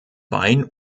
wein